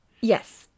Yes